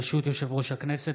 ברשות יושב-ראש הישיבה,